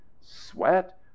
Sweat